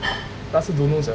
I also don't know sia